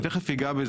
אני תיכף אגע בזה,